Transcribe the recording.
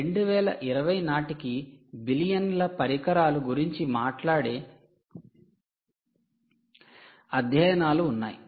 2020 నాటికి బిలియన్ల పరికరాల గురించి మాట్లాడే అధ్యయనాలు ఉన్నాయి